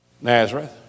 Nazareth